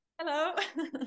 Hello